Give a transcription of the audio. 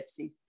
gypsies